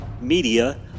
media